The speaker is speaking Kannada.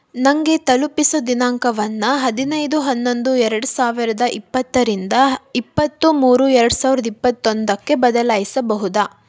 ನನಗೆ ತಲುಪಿಸೋ ದಿನಾಂಕವನ್ನು ಹದಿನೈದು ಹನ್ನೊಂದು ಎರಡು ಸಾವಿರದ ಇಪ್ಪತ್ತರಿಂದ ಇಪ್ಪತ್ತು ಮೂರು ಎರಡು ಸಾವಿರದ ಇಪ್ಪತ್ತೊಂದಕ್ಕೆ ಬದಲಾಯಿಸಬಹುದೇ